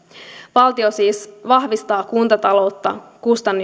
valtio siis vahvistaa kuntataloutta